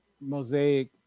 Mosaic